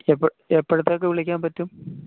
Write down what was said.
എപ്പോഴത്തേക്കു വിളിക്കാന് പറ്റും